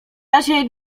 razie